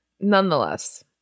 nonetheless